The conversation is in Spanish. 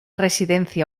residencia